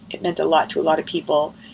it meant a lot to a lot of people.